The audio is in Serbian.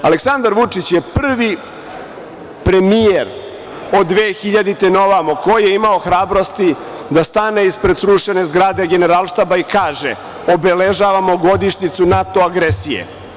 Aleksandar Vučić je prvi premijer od 2000. godine na ovamo koji je imao hrabrosti da stane ispred srušene zgrade Generalštaba i kaže – obeležavamo godišnjicu NATO agresije.